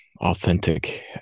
authentic